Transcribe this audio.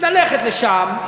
ללכת לשם,